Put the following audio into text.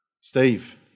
Steve